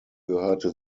gehörte